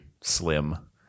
slim